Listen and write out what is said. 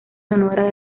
sonora